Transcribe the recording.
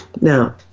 Now